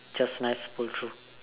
just nice pull through